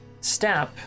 step